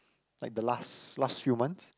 like the last last few months